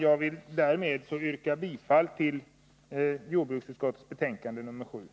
Jag vill därmed yrka bifall till jordbruksutskottets hemställan i betänkande nr 20.